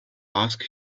ask